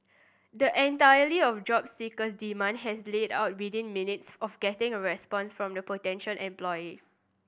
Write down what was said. the entirely of job seeker's demand has laid out within minutes of getting a response from the potential employer